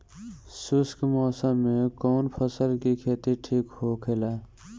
शुष्क मौसम में कउन फसल के खेती ठीक होखेला?